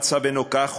המצב אינו כך,